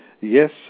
yes